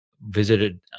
visited